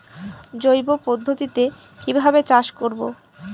জৈব পদ্ধতিতে কিভাবে চাষ করব?